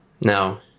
No